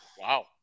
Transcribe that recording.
Wow